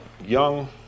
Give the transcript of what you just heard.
young